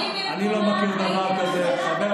אם חסר להם עובדים זרים, נורבגי, זה ייבדק.